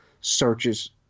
searches